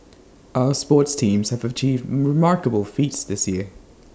our sports teams have achieved remarkable feats this year